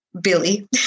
Billy